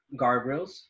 guardrails